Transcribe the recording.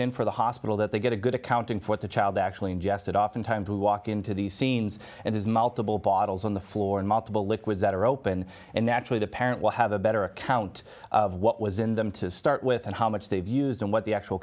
in for the hospital that they get a good accounting for the child actually ingested oftentimes to walk into these scenes and there's multiple bottles on the floor multiple liquids that are open and naturally the parent will have a better account of what was in them to start with and how much they've used and what the actual